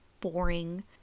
boring